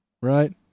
Right